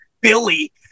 Billy